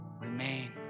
Remain